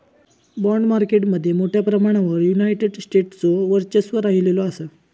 bond market मध्ये मोठ्या प्रमाणावर युनायटेड स्टेट्सचो वर्चस्व राहिलेलो असा